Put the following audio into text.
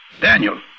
Daniel